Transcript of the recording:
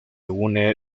une